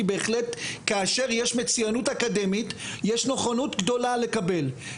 כי בהחלט כאשר יש מצויינות אקדמית יש נכונות גדולה לקבל.